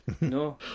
No